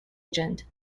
agent